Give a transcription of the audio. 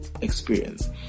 experience